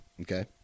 Okay